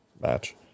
match